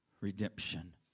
redemption